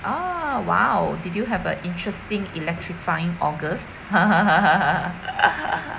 oh !wow! did you have an interesting electrifying august